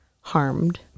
harmed